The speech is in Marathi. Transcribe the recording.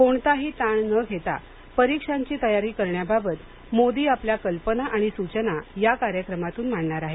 कोणताही ताण न घेता परीक्षांची तयारी करण्याबाबत मोदी आपल्या कल्पना आणि सुचना या कार्यक्रमातून मांडणार आहेत